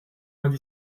vingt